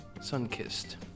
sun-kissed